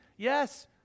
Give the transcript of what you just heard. Yes